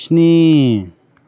स्नि